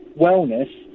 wellness